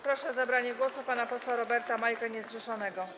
Proszę o zabranie głosu pana posła Roberta Majkę, niezrzeszonego.